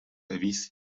erwies